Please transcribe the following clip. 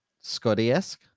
Scotty-esque